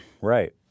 right